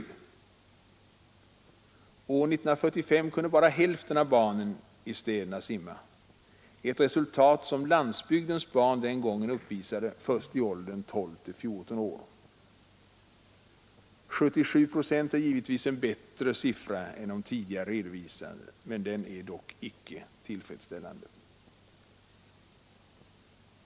År 1945 kunde bara hälften av barnen i städerna simma — ett resultat som landsbygdens barn det året uppvisade först i åldern 12—14 år. 77 procent är givetvis en bättre siffra än de tidigare redovisade, men den är dock icke tillfredsställande.